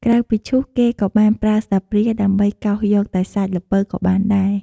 ក្រៅពីឈួស គេក៏បានប្រើស្លាបព្រាដើម្បីកោសយកតែសាច់ល្ពៅក៏បានដែរ។